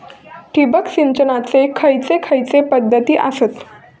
ठिबक सिंचनाचे खैयचे खैयचे पध्दती आसत?